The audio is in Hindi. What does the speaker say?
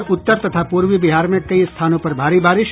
और उत्तर तथा पूर्वी बिहार में कई स्थानों पर भारी बारिश